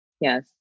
Yes